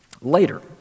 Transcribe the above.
later